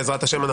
בעזרת השם,